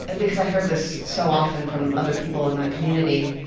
and because i heard this so often from other people in that community,